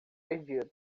perdido